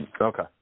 Okay